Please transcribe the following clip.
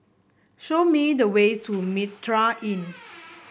show me the way to Mitraa Inn